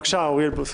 בבקשה, אוריאל בוסו,